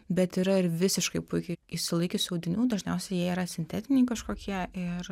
bet yra ir visiškai puikiai išsilaikiusių audinių dažniausiai jie yra sintetiniai kažkokie ir